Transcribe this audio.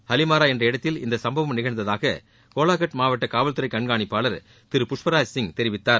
ஹாலிமாரா என்ற இடத்தில் இந்த சம்பவம் நிகழ்ந்ததாக கோலாகட் மாவட்ட காவல்துறை கண்காணிப்பாளர் திரு புஷ்ப்ராஜ் சிங் தெரிவித்தார்